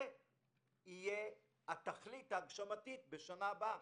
זה יהיה תכלית ההגשמה בשנה הבאה,